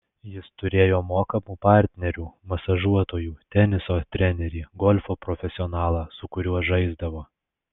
jis turėjo mokamų partnerių masažuotojų teniso trenerį golfo profesionalą su kuriuo žaisdavo